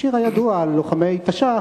השיר הידוע על לוחמי תש"ח,